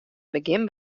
begjin